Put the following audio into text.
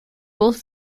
both